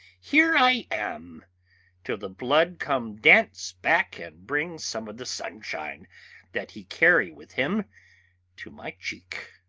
here i am till the blood come dance back and bring some of the sunshine that he carry with him to my cheek.